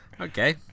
okay